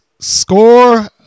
score